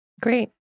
Great